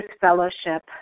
fellowship